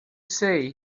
say